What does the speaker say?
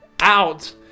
out